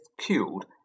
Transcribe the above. killed